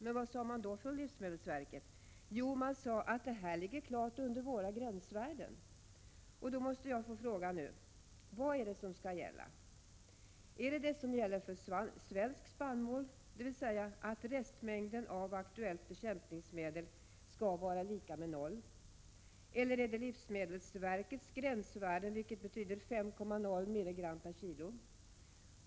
Men vad sade man då på livsmedelsverket? Jo, man sade att dessa värden låg klart under våra gränsvärden. Jag måste därför fråga vad det är som skall gälla. Är det det som gäller för svenskt spannmål — dvs. att restmängden av aktuellt bekämpningsmedel skall vara lika med noll — eller är det livsmedelsverkets gränsvärde, 5,0 mg per kilo?